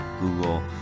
Google